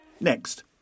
Next